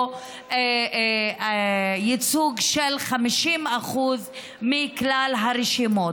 או ייצוג של 50% מכלל הרשימות.